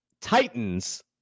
Titans